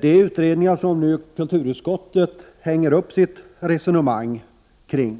De utredningar som utskottet hänger upp sitt resonemang på